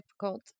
difficult